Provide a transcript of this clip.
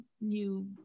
new